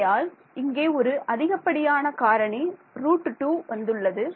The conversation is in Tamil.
ஆகையால் இங்கே ஒரு அதிகப்படியான காரணி √2 வந்துள்ளது